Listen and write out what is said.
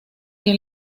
que